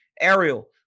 Ariel